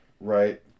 Right